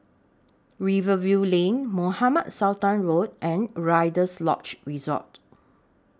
Rivervale Lane Mohamed Sultan Road and Rider's Lodge Resort